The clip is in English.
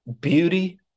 beauty